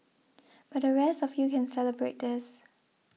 but the rest of you can celebrate this